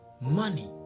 money